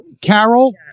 Carol